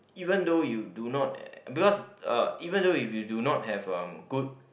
even though you do not uh because even though if you do not have a good